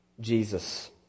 Jesus